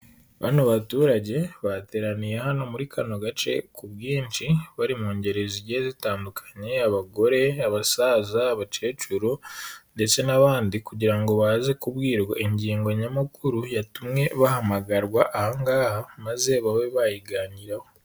Bano baturage bateraniye hano muri kano gace ku bwinshi, bari mu ngeri zigiye zitandukanye, abagore, abasaza, abakecuru ndetse n'abandi, kugira ngo baze kubwirwa ingingo nyamukuru yatumye bahamagarwa aha ngaha maze babe bayiganiraho.